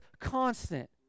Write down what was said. constant